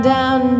Down